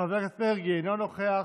חבר הכנסת מרגי, אינו נוכח,